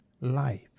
life